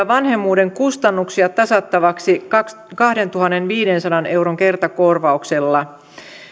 vanhemmuuden kustannuksia tasattavaksi kahdentuhannenviidensadan euron kertakorvauksella